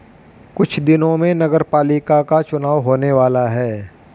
कुछ दिनों में नगरपालिका का चुनाव होने वाला है